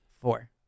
Four